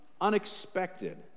unexpected